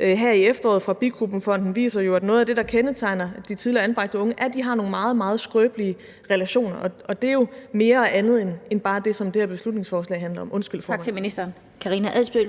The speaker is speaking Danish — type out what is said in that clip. her i efteråret kom fra Bikubenfonden, viser jo, at noget af det, der kendetegner de tidligere anbragte unge, er, at de har nogle meget, meget skrøbelige relationer, og det er jo mere og andet end bare det, som det her beslutningsforslag handler om. Kl. 17:50 Den